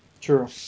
True